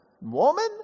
woman